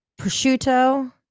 prosciutto